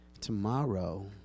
Tomorrow